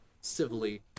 civilly